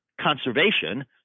conservation